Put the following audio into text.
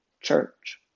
church